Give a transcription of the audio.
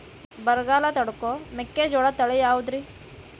ಬರಗಾಲ ತಡಕೋ ಮೆಕ್ಕಿಜೋಳ ತಳಿಯಾವುದ್ರೇ?